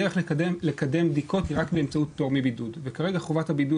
הדרך לקדם בדיקות היא רק באמצעות פטור מבידוד וכרגע חובת הבידוד